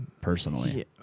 personally